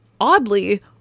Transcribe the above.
oddly